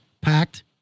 packed